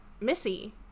Missy